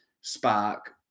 spark